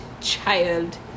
child